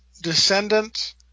descendant